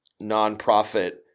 nonprofit